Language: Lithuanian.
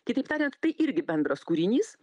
kitaip tariant tai irgi bendras kūrinys